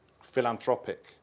philanthropic